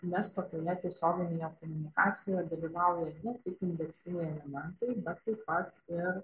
nes tokioje tiesioginėje komunikacijoje dalyvauja ne tik indeksiniai elementai bet taip pat ir